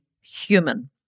human